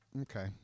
Okay